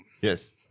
Yes